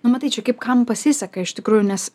nu matai čia kaip kam pasiseka iš tikrųjų nes